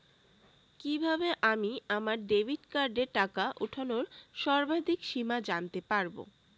কিভাবে আমি আমার ডেবিট কার্ডের টাকা ওঠানোর সর্বাধিক সীমা জানতে পারব?